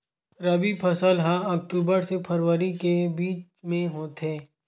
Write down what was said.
रबी फसल हा अक्टूबर से फ़रवरी के बिच में होथे